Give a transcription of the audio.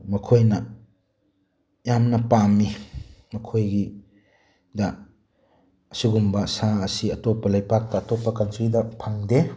ꯃꯈꯣꯏꯅ ꯌꯥꯝꯅ ꯄꯥꯝꯃꯤ ꯃꯈꯣꯏꯒꯤꯗ ꯑꯁꯤꯒꯨꯝꯕ ꯁꯥ ꯑꯁꯤ ꯑꯇꯣꯞꯄ ꯂꯩꯄꯥꯛꯇ ꯑꯇꯣꯞꯄ ꯀꯟꯇ꯭ꯔꯤꯗ ꯐꯪꯗꯦ